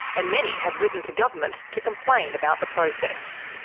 and many have written to government to complain about the process.